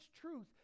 truth